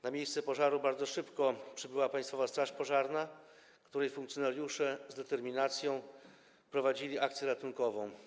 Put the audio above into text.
Na miejsce pożaru bardzo szybko przybyła Państwowa Straż Pożarna, której funkcjonariusze z determinacją prowadzili akcję ratunkową.